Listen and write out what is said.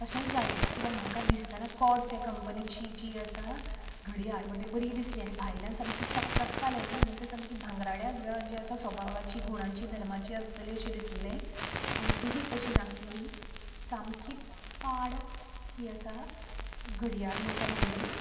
तशेंच जाले कित्याक म्हाका दिसतना कॉर्डस ह्या कंपनीची जी आसा घडयाळ म्हण ती बरीं दिसली आनी भायल्यान सामकी चकचकताली न्ही म्हणटा ती सामकी भांगराळें जे आसा स्वभावाची गुणाची धर्माची आसतली अशीं दिसलेले पूण ती तशीं नासलेली सामकी पाड ही आसा घडयाळ म्हाका मेळ्ळी